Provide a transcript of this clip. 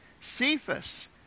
Cephas